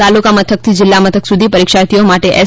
તાલુકા મથકથી જિલ્લા મથક સુધી પરિક્ષાર્થીઓ માટે એસ